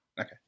Okay